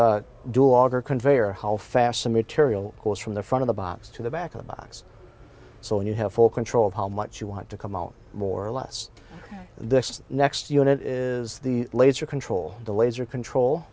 a dog or conveyor how fast the material was from the front of the box to the back of the box so when you have full control of how much you want to come out more or less this next unit is the laser control the laser control